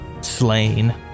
slain